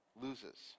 loses